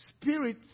spirit